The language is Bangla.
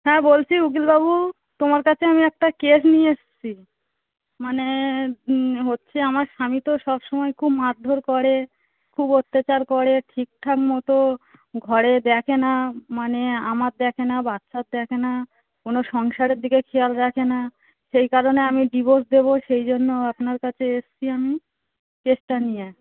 হ্যাঁ বলছি উকিলবাবু তোমার কাছে আমি একটা কেস নিয়ে এসেছি মানে হচ্ছে আমার স্বামী তো সবসময় খুব মারধর করে খুব অত্যাচার করে ঠিকঠাক মতো ঘরে দেখে না মানে আমার দেখে না বাচ্চার দেখে না কোনো সংসারের দিকে খেয়াল রাখে না সেই কারণে আমি ডিভোর্স দেবো সেই জন্য আপনার কাছে এসেছি আমি কেসটা নিয়ে